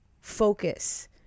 focus